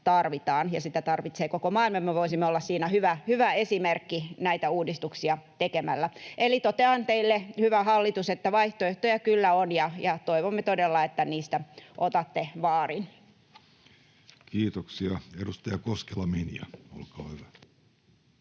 Sitä tarvitsee koko maailma. Me voisimme olla siinä hyvä esimerkki näitä uudistuksia tekemällä. Eli totean teille, hyvä hallitus, että vaihtoehtoja kyllä on, ja toivomme todella, että niistä otatte vaarin. Kiitoksia. — Edustaja Koskela, Minja, olkaa hyvä.